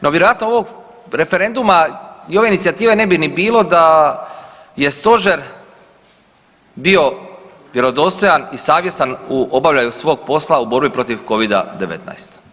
No vjerojatno ovog referenduma i ove inicijative ne bi ni bilo da je stožer bio vjerodostojan i savjestan u obavljanju svog posla u borbi protiv covida-19.